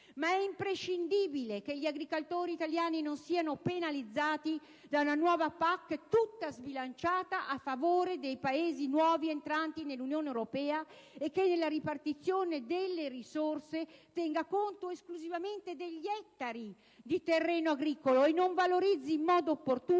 ma è imprescindibile che si eviti di penalizzare gli agricoltori italiani con una nuova PAC tutta sbilanciata a favore dei Paesi nuovi entranti nell'Unione europea e con una ripartizione delle risorse che tenga conto esclusivamente degli ettari di terreno agricolo e non valorizzi in modo opportuno